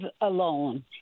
alone